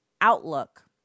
outlook